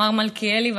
אמר מלכיאלי,